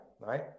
right